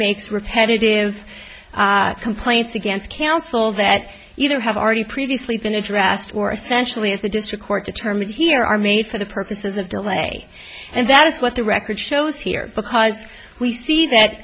makes repetitive complaints against counsel that either have already previously been addressed or essentially as the district court determines here are made for the purposes of delay and that is what the record shows here because we see that